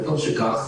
וטוב שכך,